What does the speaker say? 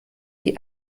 die